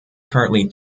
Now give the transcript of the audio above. currently